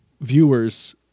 viewers